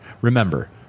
Remember